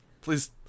Please